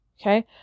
Okay